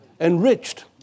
enriched